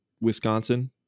Wisconsin